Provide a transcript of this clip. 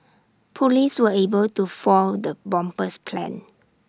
Police were able to foil the bomber's plans